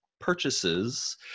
purchases